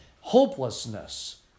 hopelessness